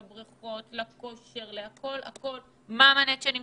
לבריכות, לכושר, לטניס,